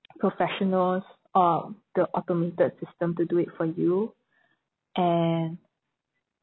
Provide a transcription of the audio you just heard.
professionals uh the automated system to do it for you and